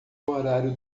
horário